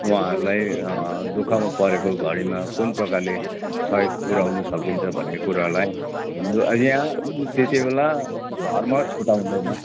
उहाँहरूलाई दुःखमा परेको घडीमा कुन प्रकारले सहयोग पुर्याउन सकिन्छ भन्ने कुरालाई हिन्दू यहाँ त्यति बेला धर्म छुटाउँदैन